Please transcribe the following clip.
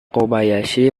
kobayashi